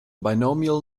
binomial